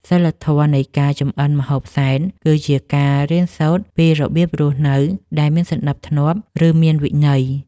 សីលធម៌នៃការចម្អិនម្ហូបសែន គឺជាការរៀនសូត្រពីរបៀបរស់នៅដែលមានសណ្តាប់ធ្នាប់ ឬមានវិន័យ។